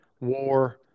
war